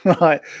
right